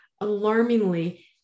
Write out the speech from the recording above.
alarmingly